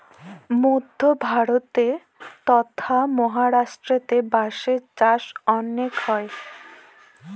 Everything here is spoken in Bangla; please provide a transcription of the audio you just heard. মধ্য ভারতে ট্বতথা মহারাষ্ট্রেতে বাঁশের চাষ অনেক হয়